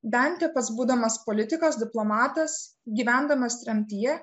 dantė pats būdamas politikas diplomatas gyvendamas tremtyje